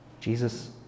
Jesus